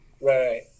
Right